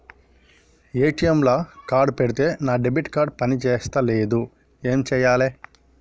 ATM లా card పెడితే నా డెబిట్ కార్డ్ పని చేస్తలేదు ఏం చేయాలే?